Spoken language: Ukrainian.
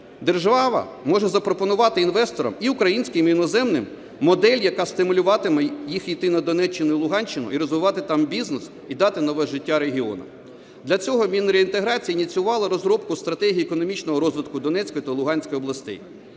Держава може запропонувати інвесторам, і українським, і іноземним, модель, яка стимулюватиме їх йти на Донеччину і Луганщину і розвивати там бізнес, і дати нове життя регіонам. Для цього Мінреінтеграції ініціювало розробку стратегій економічного розвитку Донецької та Луганської областей.